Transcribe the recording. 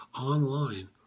Online